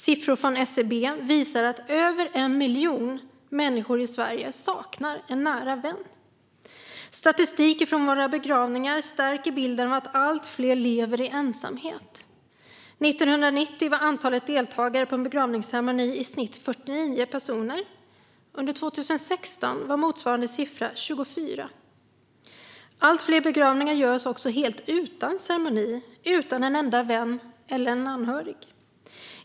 Siffror från SCB visar att över 1 miljon människor i Sverige saknar en nära vän. Statistik från våra begravningar stärker bilden att allt fler lever i ensamhet. År 1990 var antalet deltagare på en begravningsceremoni i snitt 49 personer. Under 2016 var motsvarande siffra 24. Allt fler begravningar sker också helt utan ceremoni, utan en enda vän eller anhörig.